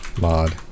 mod